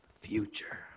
Future